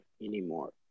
anymore